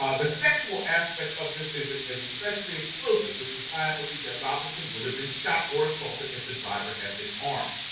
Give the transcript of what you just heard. the sexual aspect of this is ah is especially explosive, which is why i believe that robinson would have been shot or assaulted if the driver had been armed.